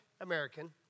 American